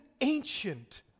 ancient